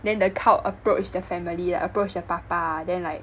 then the cult approach the family approached the 爸爸 then like